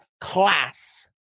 class